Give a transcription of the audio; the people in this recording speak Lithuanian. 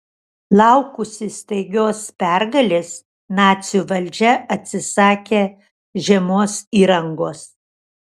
laukusi staigios pergalės nacių valdžia atsisakė žiemos įrangos